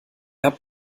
habt